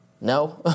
no